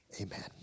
Amen